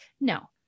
No